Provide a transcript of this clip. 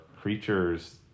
creatures